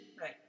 Right